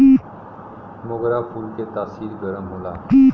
मोगरा फूल के तासीर गरम होला